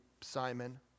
Simon